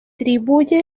distribuye